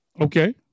Okay